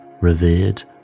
revered